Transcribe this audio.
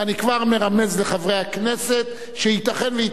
ואני כבר מרמז לחברי הכנסת שייתכן שהיא